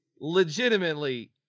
legitimately